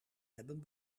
hebben